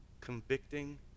convicting